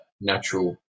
natural